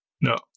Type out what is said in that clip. No